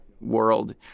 world